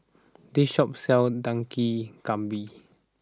this shop sells Dak Galbi